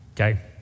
Okay